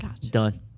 done